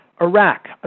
Iraq